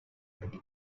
five